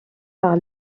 par